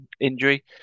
injury